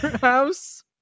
house